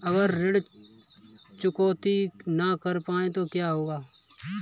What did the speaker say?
अगर ऋण चुकौती न कर पाए तो क्या होगा?